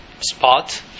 spot